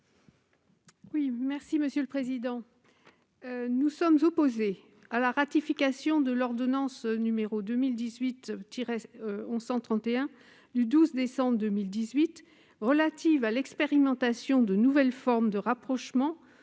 à Mme Claudine Lepage. Nous sommes opposés à la ratification de l'ordonnance n° 2018-1131 du 12 décembre 2018 relative à l'expérimentation de nouvelles formes de rapprochement,